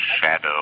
shadow